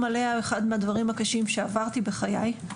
עליה הוא אחד מהדברים הקשים שעברתי בחיי.